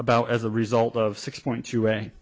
about as a result of six point two right